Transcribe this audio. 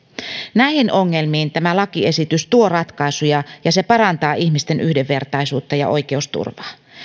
näihin ongelmiin tämä lakiesitys tuo ratkaisuja ja se parantaa ihmisten yhdenvertaisuutta ja oikeusturvaa